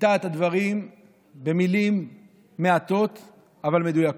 ביטא את הדברים במילים מעטות אבל מדויקות: